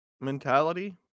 mentality